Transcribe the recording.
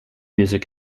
music